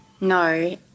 no